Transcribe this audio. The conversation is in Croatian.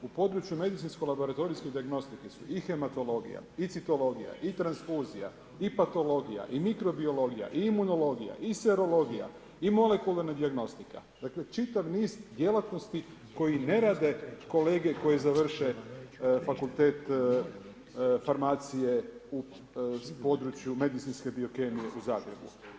U području medicinsko laboratorijske dijagnostike su i hematologija i citologija i transfuzija i patologija i mikrobiologija i imunologija i serologija i molekularna dijagnostika, dakle, čitav niz djelatnosti, koje ne rade kolege koje završe fakultet farmacije u području medicinske biokemije u Zagrebu.